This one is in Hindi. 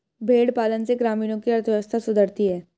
भेंड़ पालन से ग्रामीणों की अर्थव्यवस्था सुधरती है